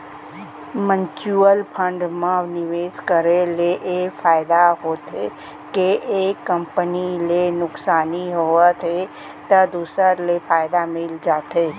mutual fund म निवेस करे ले ए फायदा होथे के एक कंपनी ले नुकसानी होवत हे त दूसर ले फायदा मिल जाथे